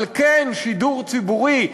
אבל כן שידור ציבורי,